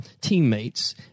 teammates